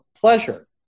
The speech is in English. pleasure